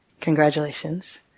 congratulations